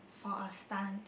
for a stunt